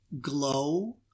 glow